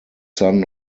son